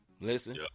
listen